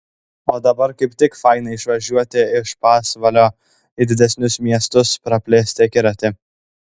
o dabar kaip tik faina išvažiuoti iš pasvalio į didesnius miestus praplėsti akiratį